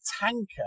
tanker